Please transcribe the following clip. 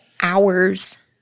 hours